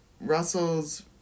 Russell's